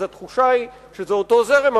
ואז התחושה היא שזה אותו זרם,